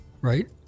Right